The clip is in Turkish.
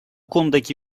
konudaki